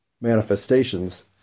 manifestations